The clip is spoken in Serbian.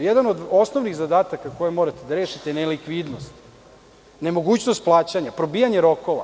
Jedan od osnovnih zadataka koji morate da rešite je nelikvidnost, nemogućnost plaćanja, probijanje rokova.